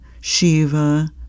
Shiva